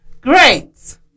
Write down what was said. Great